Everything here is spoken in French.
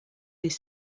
des